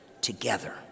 together